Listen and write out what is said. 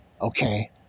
Okay